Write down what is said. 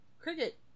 cricket